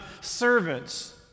servants